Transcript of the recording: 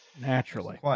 Naturally